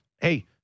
Hey –